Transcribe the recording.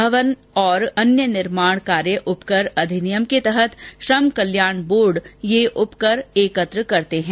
भवन और अन्य निर्माण कार्य उपकर अधिनियम के तहत श्रम कल्याण बोर्ड यह उपकर एकत्र करते हैं